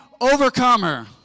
overcomer